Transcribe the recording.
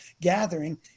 gathering